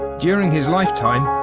during his lifetime,